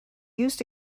used